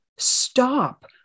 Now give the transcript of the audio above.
Stop